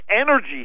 energy